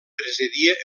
presidia